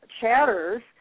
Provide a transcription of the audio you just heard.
chatters